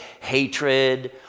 hatred